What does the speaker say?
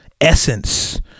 essence